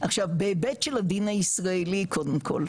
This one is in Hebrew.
עכשיו בהיבט של הדין הישראלי קודם כל,